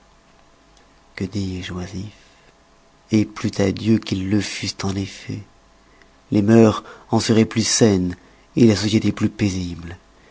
que dis-je oisifs plût à dieu qu'ils le fussent en effet les mœurs en seroient plus saines la société plus paisible